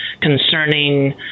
concerning